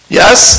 yes